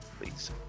Please